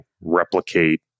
replicate